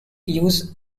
use